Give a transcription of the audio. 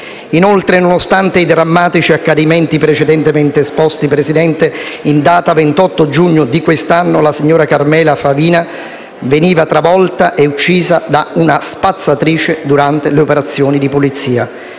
Inoltre, nonostante i drammatici accadimenti precedentemente esposti, il 28 giugno di quest'anno, la signora Carmela Favina veniva travolta e uccisa da una spazzatrice durante le operazioni di pulizia.